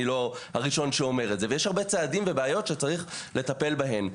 לא הראשון שאומר את זה ויש הרבה צעדים ובעיות שצריך לטפל בהן.